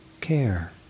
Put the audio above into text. care